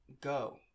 go